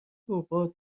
اوقات